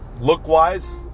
Look-wise